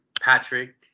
Patrick